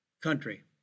country